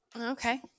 Okay